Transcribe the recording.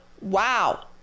wow